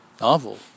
novel